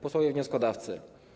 Posłowie Wnioskodawcy!